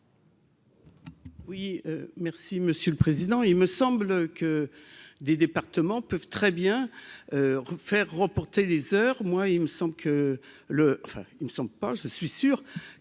Oui merci monsieur le président, il me semble que des départements peuvent très bien faire remporter les heures, moi il me semble que le enfin il ne sont pas je suis sûr